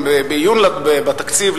בעיון בתקציב,